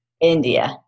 India